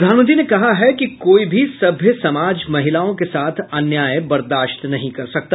प्रधानमंत्री ने कहा है कि कोई भी सभ्य समाज महिलाओं के साथ अन्याय बर्दाश्त नहीं कर सकता